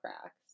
cracks